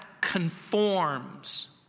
conforms